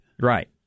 Right